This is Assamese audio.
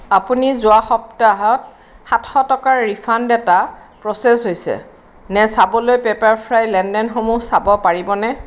আপুনি যোৱা সপ্তাহত সাতশ টকাৰ ৰিফাণ্ড এটা প্ৰ'চেছ হৈছে নে চাবলৈ পেপাৰফ্ৰাই লেনদেনসমূহ চাব পাৰিবনে